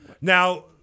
Now